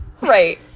right